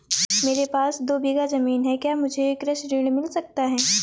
मेरे पास दो बीघा ज़मीन है क्या मुझे कृषि ऋण मिल सकता है?